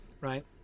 right